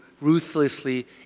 ruthlessly